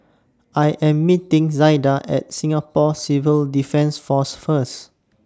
I Am meeting Zaida At Singapore Civil Defence Force First